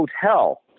hotel